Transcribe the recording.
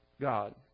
God